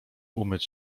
umyć